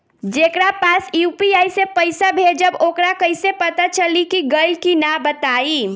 जेकरा पास यू.पी.आई से पईसा भेजब वोकरा कईसे पता चली कि गइल की ना बताई?